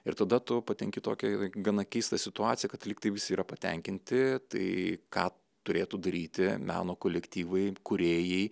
ir tada tu patenki į tokią gana keistą situaciją kad lyg tai visi yra patenkinti tai ką turėtų daryti meno kolektyvai kūrėjai